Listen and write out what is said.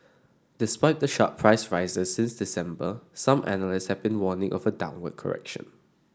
despite the sharp price rises since December some analysts have been warning of a downward correction